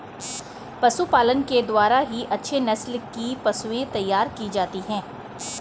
पशुपालन के द्वारा ही अच्छे नस्ल की पशुएं तैयार की जाती है